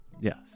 yes